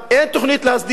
אין תוכנית להסדיר,